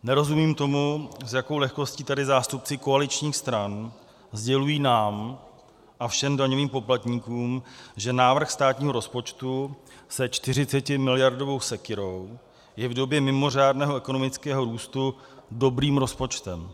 Nerozumím tomu, s jakou lehkostí tady zástupci koaličních stran sdělují nám a všem daňovým poplatníkům, že návrh státního rozpočtu se 40miliardovou sekyrou je v době mimořádného ekonomického růstu dobrým rozpočtem.